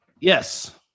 Yes